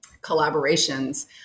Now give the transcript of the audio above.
collaborations